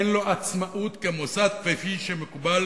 אין לו עצמאות כמוסד, כפי שמקובל